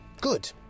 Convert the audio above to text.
good